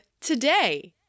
today